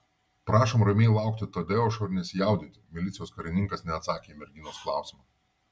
prašom ramiai laukti tadeušo ir nesijaudinti milicijos karininkas neatsakė į merginos klausimą